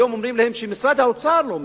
היום אומרים להם שמשרד האוצר לא מאשר.